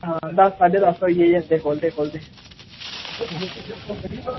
हां दस साड्डे दस होई गै जंदे खोलदे खोलदे